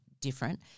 different